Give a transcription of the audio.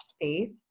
faith